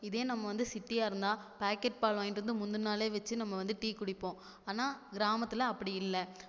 இதே நம்ம வந்து சிட்டியாக இருந்தால் பாக்கெட் பால் வாங்கிட்டு வந்து முந்தினநாளே நம்ம வச்சு டீ குடிப்போம் ஆனால் கிராமத்தில் அப்படி இல்லை